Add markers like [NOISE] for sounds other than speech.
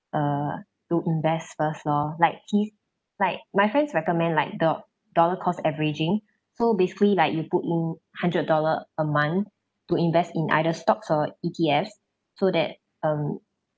to invest first loh like he's like my friends recommend like the dollar cost averaging [BREATH] so basically like you put in hundred dollar a month to invest in either stocks or E_T_Fs so that um